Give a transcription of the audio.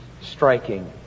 striking